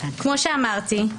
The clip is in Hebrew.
כמו שאמרתי,